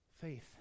faith